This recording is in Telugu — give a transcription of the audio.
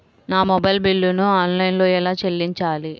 నా మొబైల్ బిల్లును ఆన్లైన్లో ఎలా చెల్లించాలి?